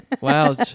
Wow